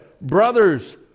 Brothers